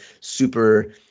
super